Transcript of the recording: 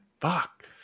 fuck